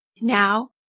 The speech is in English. Now